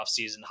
offseason